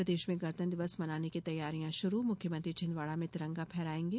प्रदेश में गणतंत्र दिवस मनाने की तैयारियां शुरू मुख्यमंत्री छिंदवाड़ा में तिरंगा फहरायेगें